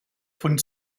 von